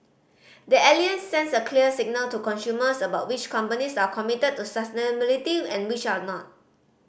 the Alliance sends a clear signal to consumers about which companies are committed to sustainability and which are not